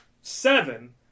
Seven